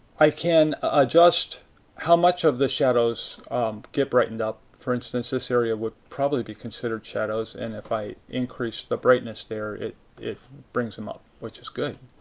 i can adjust how much of the shadows get brightened for instance, this area would probably be considered shadows, and if i increase the brightness there it it brings them up, which is good.